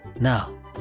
Now